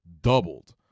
doubled